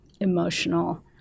emotional